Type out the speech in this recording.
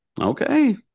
Okay